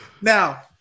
Now